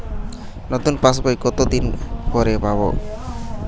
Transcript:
নতুন পাশ বই কত দিন পরে পাবো?